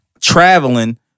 traveling